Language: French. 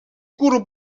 cours